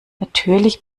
natürlich